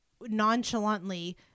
nonchalantly